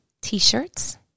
t-shirts